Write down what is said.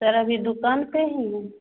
sir अभी दुकान पर ही हूँ